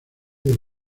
del